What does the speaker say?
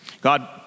God